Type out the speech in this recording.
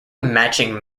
matching